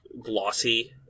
glossy